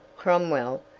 cromwell,